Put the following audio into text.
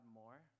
more